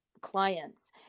clients